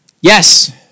Yes